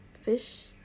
fish